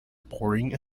boarding